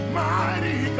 mighty